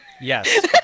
yes